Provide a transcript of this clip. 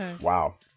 Wow